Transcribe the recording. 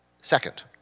Second